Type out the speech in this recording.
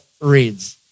reads